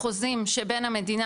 החוזים שבין המדינה,